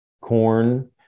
corn